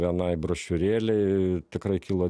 vienai brošiūrėlei tikrai kilo